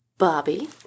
bobby